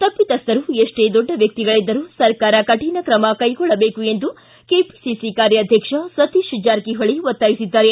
ತಪ್ಪಿತಸ್ವರು ಎಷ್ಟೇ ದೊಡ್ಡ ವ್ಯಕ್ತಿಗಳಿದ್ದರೂ ಸರ್ಕಾರ ಕಠಿಣ ಕ್ರಮ ಕೈಗೊಳ್ಳಬೇಕು ಎಂದು ಕೆಪಿಸಿಸಿ ಕಾರ್ಯಾಧ್ಯಕ್ಷ ಸತೀಶ ಜಾರಕಿಹೊಳಿ ಒತ್ತಾಯಿಸಿದ್ದಾರೆ